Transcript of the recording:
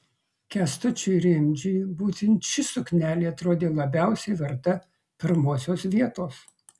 kęstučiui rimdžiui būtent ši suknelė atrodė labiausiai verta pirmosios vietos